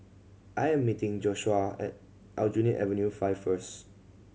I am meeting Joshuah at Aljunied Avenue Five first